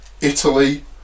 Italy